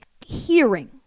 hearing